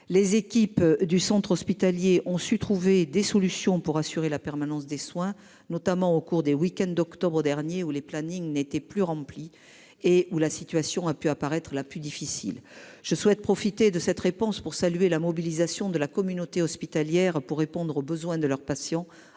Les équipes du centre hospitalier ont su trouver des solutions pour assurer la permanence des soins notamment au cours des week-ends d'octobre dernier, où les plannings n'étaient plus remplies et où la situation a pu apparaître la plus difficile. Je souhaite profiter de cette réponse pour saluer la mobilisation de la communauté hospitalière pour répondre aux besoins de leurs patients